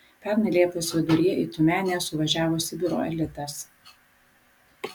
pernai liepos viduryje į tiumenę suvažiavo sibiro elitas